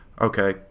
Okay